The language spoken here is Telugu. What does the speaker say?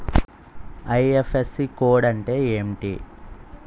ఐ.ఫ్.ఎస్.సి కోడ్ అంటే ఏంటి?